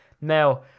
now